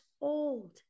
old